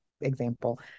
example